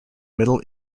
middle